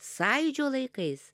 sąjūdžio laikais